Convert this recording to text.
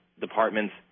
departments